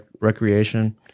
recreation